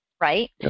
right